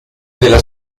della